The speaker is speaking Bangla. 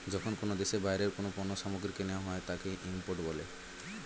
যখন কোনো দেশে বাইরের কোনো পণ্য সামগ্রীকে নেওয়া হয় তাকে ইম্পোর্ট বলে